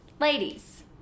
ladies